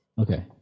Okay